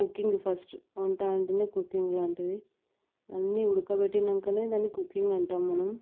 cooking first వంట అంటేనే cooking లాంటిది అన్ని ఉడకపెట్టాకనే దాన్ని కుకింగ్ అంటాము మనం